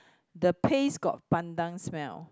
the paste got pandan smell